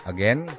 Again